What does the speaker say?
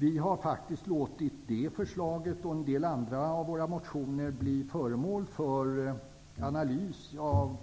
Vi har faktiskt låtit det och en del andra förslag i våra motioner bli föremål för analys